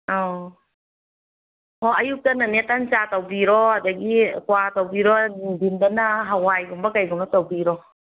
ꯑꯧ ꯑꯣ ꯑꯌꯨꯛꯇꯅꯅꯦ ꯇꯟ ꯆꯥ ꯇꯧꯕꯤꯔꯣ ꯑꯗꯒꯤ ꯀ꯭ꯋꯥ ꯇꯧꯕꯤꯔꯣ ꯅꯨꯡꯊꯤꯟꯗꯅ ꯍꯋꯥꯏꯒꯨꯝꯕ ꯀꯩꯒꯨꯝꯕ ꯇꯧꯕꯤꯔꯣ